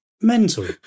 Mental